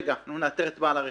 הם אומרים: רגע, נאתר את בעל הרכב.